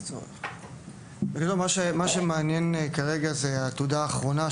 מה שמעניין כרגע היא התעודה האחרונה,